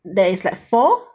there is like four